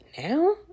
now